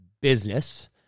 business